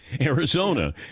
Arizona